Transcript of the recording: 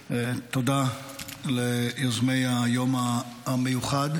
תודה ליוזמי היום המיוחד.